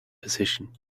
position